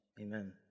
amen